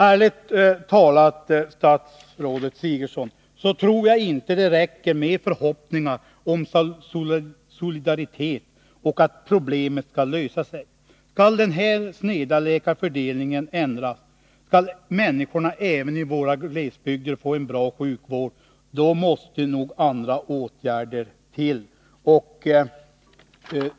Ärligt talat, statsrådet Sigurdsen, så tror jag inte det räcker med förhoppningar om solidaritet och om att problemet skall lösa sig. Skall den här sneda läkarfördelningen ändras, skall människorna även i våra glesbygder få en bra sjukvård, då måste nog andra åtgärder till.